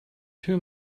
too